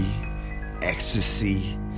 ecstasy